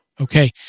Okay